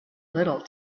little